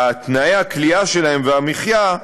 תנאי הכליאה והמחיה שלהם,